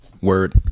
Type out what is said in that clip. word